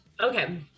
Okay